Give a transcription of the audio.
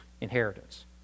inheritance